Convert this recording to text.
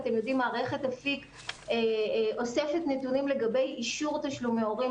מערכת אפיק אוספת נתונים לגבי אישור תשלומי הורים,